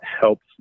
helps